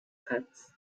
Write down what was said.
parts